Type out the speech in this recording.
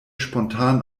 spontan